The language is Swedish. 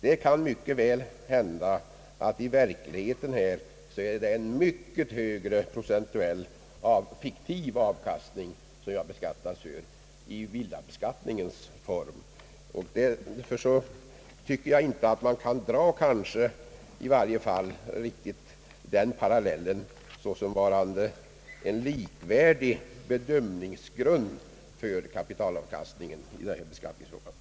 Det kan mycket väl hända att en mycket hög procentuell avkastning i själva verket är fiktiv men beskattas enligt reglerna för villabeskattningen. Därför tycker jag att man i varje fall inte helt kan dra en parallell och anse att kapitalavkastningen är likvärdig med villabeskattningen i detta avseende.